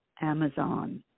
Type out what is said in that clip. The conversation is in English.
Amazon